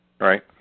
Right